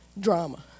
drama